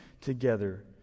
together